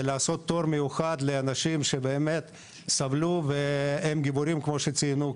ולעשות תור מיוחד לאנשים שבאמת סבלו והם גיבורים כמו שציינו כאן,